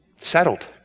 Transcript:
Settled